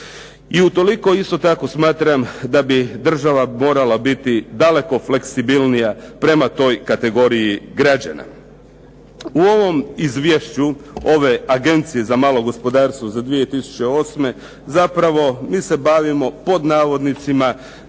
I utoliko isto tako smatram da bi država morala biti daleko fleksibilnija prema toj kategoriji građana. U ovom izvješću ove Agencije za malo gospodarstvo za 2008. zapravo mi se bavimo, pod navodnicima,